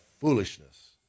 foolishness